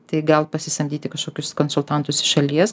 tai gal pasisamdyti kažkokius konsultantus iš šalies